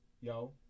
yo